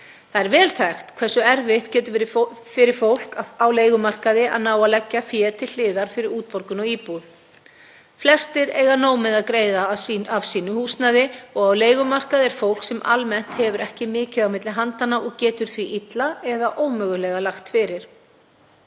Það er vel þekkt hversu erfitt getur verið fyrir fólk á leigumarkaði að leggja fé til hliðar fyrir útborgun í íbúð. Flestir eiga nóg með að greiða af sínu húsnæði og á leigumarkaði er fólk sem almennt hefur ekki mikið á milli handanna og getur því illa eða ómögulega lagt fyrir.